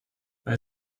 bei